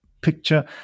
picture